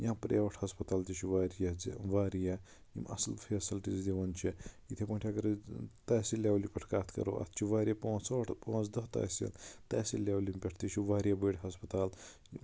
یا پریویٹ ہسپَتال تہِ چھِ واریاہ ژےٚ واریاہ اَصٕل فیسلٹیٖز دِوان چھِ یِتھٕے پٲٹھۍ اَگر أسۍ تحصیل لیولہِ پٮ۪ٹھ کَتھ کَرو اَتھ چھِ واریاہ پانٛژھ ٲٹھ پانٛژھ دہ تحصیل تحصیل لیولہِ پٮ۪ٹھ تہِ چھِ واریاہ بٔڑ ہسپَتال